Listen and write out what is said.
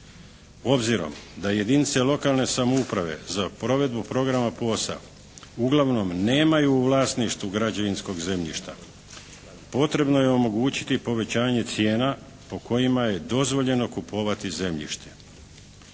Obzirom da jedinice lokalne samouprave za provedbu programa POS-a uglavnom nemaju u vlasništvu građevinskog zemljišta potrebno je omogućiti povećanje cijena po kojima je dozvoljeno kupovati zemljište.